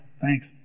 Thanks